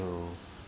to